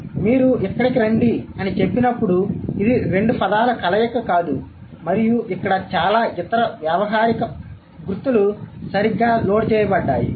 కాబట్టి మీరు ఇక్కడికి రండి అని చెప్పినప్పుడు ఇది రెండు పదాల కలయిక కాదు మరియు ఇక్కడ చాలా ఇతర వ్యావహారిక మార్కర్లు సరిగ్గా లోడ్ చేయబడ్డాయి